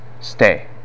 Stay